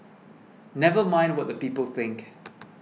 never mind what the people think